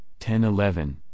10-11